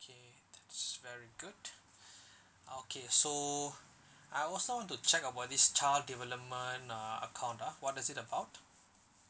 okay that's very good okay so I also want to check about this child development uh account ah what is it about